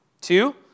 Two